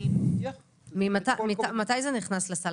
אני מבטיח --- מתי זה נכנס לסל?